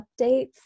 updates